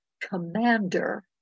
commander